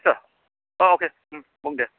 सा अके बुं दे